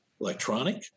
electronic